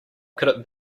could